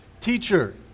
Teacher